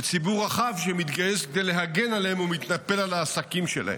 וציבור רחב שמתגייס כדי להגן עליהם ומתנפל על העסקים שלהם,